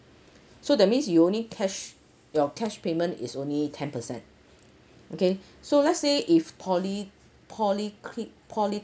so that means you only cash your cash payment is only ten per cent okay so let's say if poly polycli~ poly